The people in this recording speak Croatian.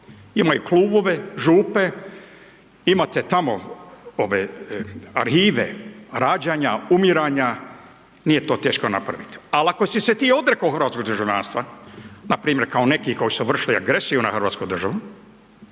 imaju klubove, župe, imate tamo ove arhive, rađanja, umiranja, nije to teško napraviti, al ako si se ti odrekao hrvatskog državljanstva, npr. kao neki koji su vršili agresiju na hrvatsku državu,